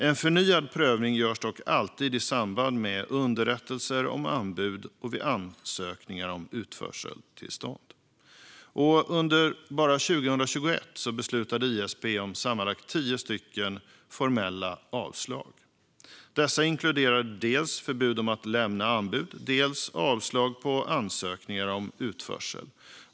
En förnyad prövning görs dock alltid i samband med underrättelser om anbud och vid ansökningar om utförseltillstånd. Bara under 2021 beslutade ISP om sammanlagt tio formella avslag. Dessa inkluderar dels förbud att lämna anbud, dels avslag på ansökningar om utförsel.